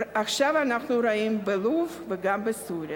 עכשיו אנו רואים את זה בלוב ובסוריה.